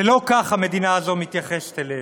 לא כך המדינה הזו מתייחסת אליהם.